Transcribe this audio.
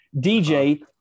DJ